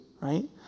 right